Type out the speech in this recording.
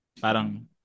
parang